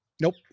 Nope